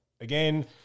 again